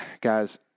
guys